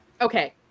Okay